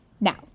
Now